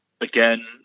again